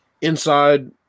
inside